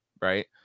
right